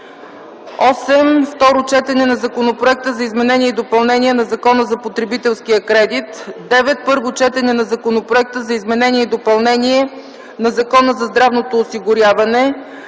8. Второ четене на законопроекта за изменение и допълнение на Закона за потребителския кредит. 9. Първо четене на законопроекта за изменение и допълнение на Закона за здравното осигуряване.